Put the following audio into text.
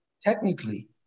Technically